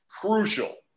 crucial